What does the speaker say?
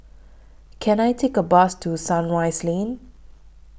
Can I Take A Bus to Sunrise Lane